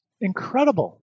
incredible